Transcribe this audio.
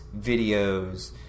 videos